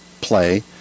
play